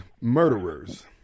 murderers